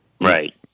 Right